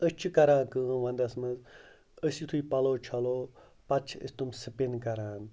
أسۍ چھِ کَران کٲم وَنٛدَس منٛز أسۍ یُتھُے پَلو چھَلو پَتہٕ چھِ أسۍ تِم سٕپِن کَران